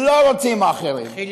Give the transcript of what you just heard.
לא רוצים מאכערים.